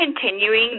continuing